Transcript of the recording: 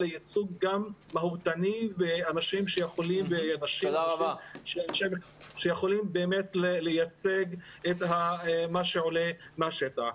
אלא גם ייצוג מהותני של אנשים שיכולים לייצג את מה שעולה מהשטח.